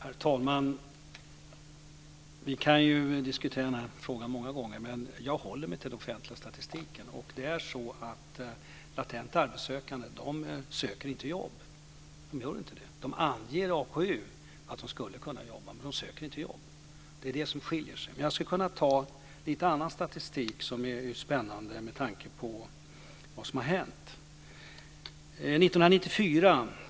Herr talman! Vi kan ju diskutera den här frågan många gånger, men jag håller mig till den offentliga statistiken. Det är så att latent arbetssökande söker inte jobb. De gör inte det. De anger i AKU att de skulle kunna jobba, men de söker inte jobb. Det är det som skiljer. Jag skulle kunna ta lite annan statistik, som ju är spännande med tanke på vad som har hänt.